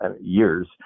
years